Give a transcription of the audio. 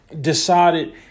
decided